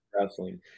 wrestling